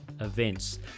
events